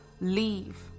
leave